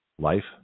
life